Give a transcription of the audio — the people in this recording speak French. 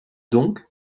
donc